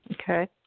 Okay